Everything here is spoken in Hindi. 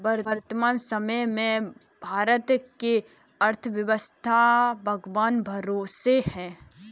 वर्तमान समय में भारत की अर्थव्यस्था भगवान भरोसे है